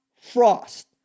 Frost